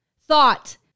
thought